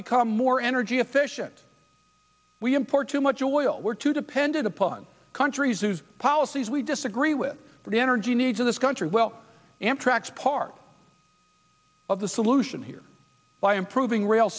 become more energy efficient we import too much oil we're too dependent upon countries whose policies we disagree with the energy needs of this country well amtrak's part of the solution here by improving r